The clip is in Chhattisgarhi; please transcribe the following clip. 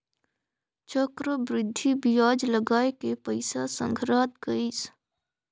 चक्रबृद्धि बियाज लगाय के पइसा संघरात गइस